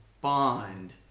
Bond